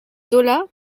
zola